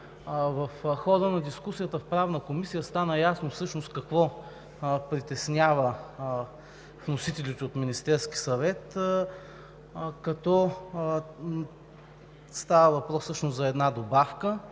В хода на дискусията в Правна комисия стана ясно всъщност какво притеснява вносителите от Министерския съвет, като става въпрос всъщност за една добавка